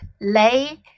lay